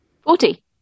Forty